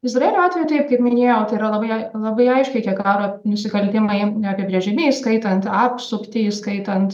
izraelio atveju taip kaip minėjau tai yra labai ai labai aiškiai tie karo nusikaltimai apibrėžiami įskaitant apsuptį įskaitant